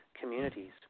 communities